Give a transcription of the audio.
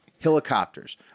helicopters